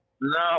No